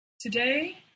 Today